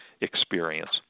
experience